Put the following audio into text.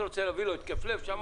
אני רוצה לחזור ולהתייחס לדברים שאמר